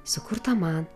sukurtą man